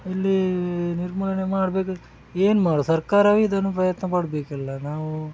ಇಲ್ಲಿ ನಿರ್ಮೂಲನೆ ಮಾಡಬೇಕು ಏನು ಮಾಡುದು ಸರ್ಕಾರವೇ ಇದನ್ನು ಪ್ರಯತ್ನ ಪಡಬೇಕಲ್ಲ ನಾವು